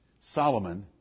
Solomon